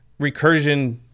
recursion